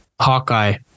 Hawkeye